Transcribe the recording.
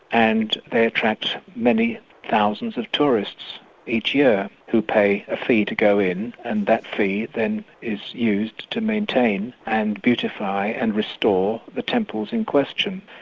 and they attract many thousands of tourists each year who pay a fee to go in, and that fee then is used to maintain and beautify and restore the temples in question.